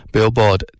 Billboard